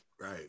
right